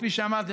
כפי שאמרתי,